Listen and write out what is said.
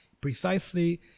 precisely